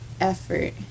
effort